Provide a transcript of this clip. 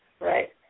Right